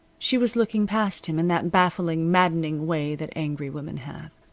she was looking past him in that baffling, maddening way that angry women have.